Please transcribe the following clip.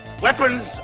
weapons